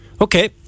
Okay